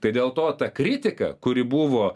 tai dėl to ta kritika kuri buvo